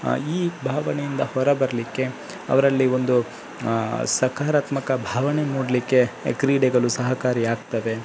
ಈ ಭಾವನೆಯಿಂದ ಹೊರ ಬರಲಿಕ್ಕೆ ಅವರಲ್ಲಿ ಒಂದು ಸಕಾರಾತ್ಮಕ ಭಾವನೆ ಮೂಡಲಿಕ್ಕೆ ಕ್ರೀಡೆಗಳು ಸಹಕಾರಿಯಾಗ್ತದೆ